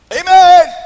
Amen